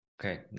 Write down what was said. Okay